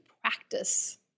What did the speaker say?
practice